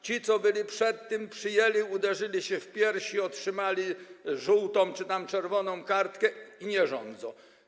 Ci, którzy byli przed tym, przyjęli, uderzyli się w piersi, otrzymali żółtą czy tam czerwoną kartkę i nie rządzą.